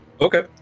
Okay